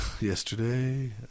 Yesterday